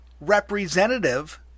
representative